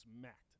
smacked